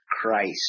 Christ